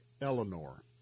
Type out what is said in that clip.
eleanor